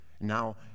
Now